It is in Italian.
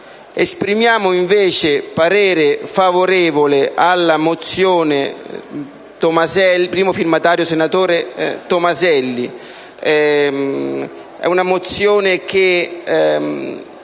Esprimiamo invece parere favorevole sulla mozione di cui è primo firmatario è il senatore Tomaselli.